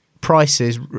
prices